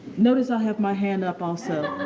notice i have my hand up also,